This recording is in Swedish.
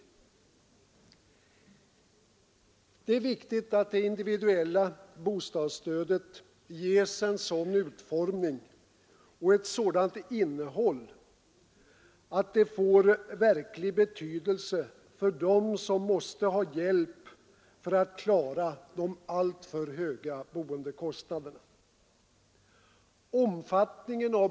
Det är viktigt att det individuella bostadsstödet ges en sådan utformning och ett sådant innehåll att det får verklig betydelse för dem som måste ha hjälp för att klara de alltför höga boendekostnaderna.